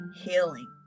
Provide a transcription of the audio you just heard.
healing